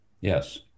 yes